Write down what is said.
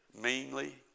meanly